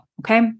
Okay